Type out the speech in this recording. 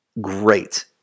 great